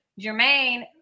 jermaine